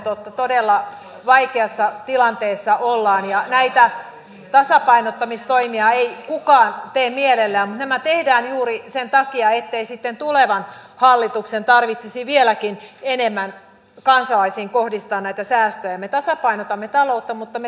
tänään aikaisemmin opetusministeri grahn laasonen perusteli näitä koulutukseen kohdistuvia rajuja leikkauksia muun muassa sillä että samaan aikaan kuitenkin panostetaan sitten yksittäisiin kohtiin tuodaan ikään kuin tällaisia pieniä kasvun siemeniä sinne lisäksi